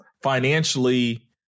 financially